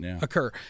occur